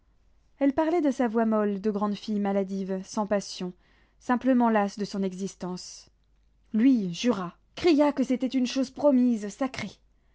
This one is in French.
elle parlait de sa voix molle de grande fille maladive sans passion simplement lasse de son existence lui jura cria que c'était une chose promise sacrée